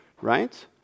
right